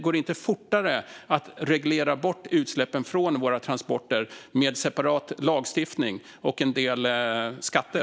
Går det inte fortare att reglera bort utsläppen från våra transporter med separat lagstiftning och en del skatter?